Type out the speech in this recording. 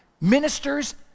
Ministers